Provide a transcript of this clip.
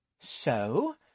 So